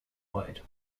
white